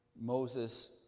Moses